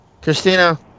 Christina